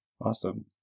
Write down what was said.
Awesome